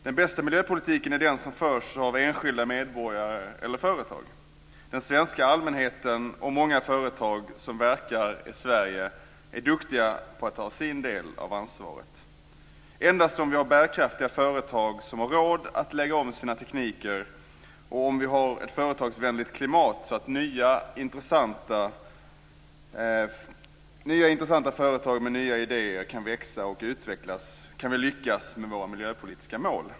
Den bästa miljöpolitiken är den som förs av enskilda medborgare eller företag. Den svenska allmänheten och många företag som verkar i Sverige är duktiga på att ta sin del av ansvaret. Endast om vi har bärkraftiga företag som har råd att lägga om sina tekniker, och om vi har ett företagsvänligt klimat så att nya intressanta företag med nya idéer kan växa och utvecklas, kan vi lyckas med våra miljöpolitiska mål.